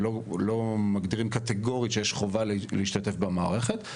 ולא מגדירים קטגורית שיש חובה להשתתף במערכת.